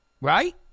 Right